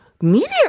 media